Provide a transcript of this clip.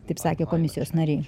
taip sakė komisijos nariai